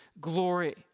glory